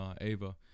Ava